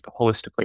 holistically